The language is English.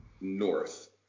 North